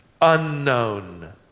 unknown